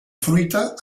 fruita